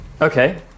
Okay